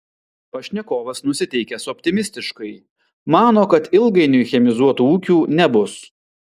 pašnekovas nusiteikęs optimistiškai mano kad ilgainiui chemizuotų ūkių nebus